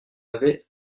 avait